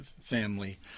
family